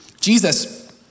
Jesus